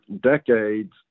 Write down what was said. decades